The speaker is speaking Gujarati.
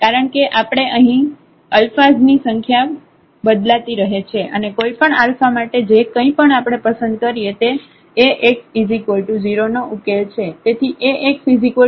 કારણ કે આપણે અહીં અલ્ફાઝ ની સંખ્યા બદલાતી રહે છે અને કોઈપણ આલ્ફા માટે જે કઈ પણ આપણે પસંદ કરીએ તે Ax0 નો ઉકેલ છે